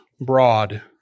broad